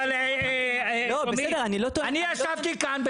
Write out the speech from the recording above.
אני ישבתי כאן,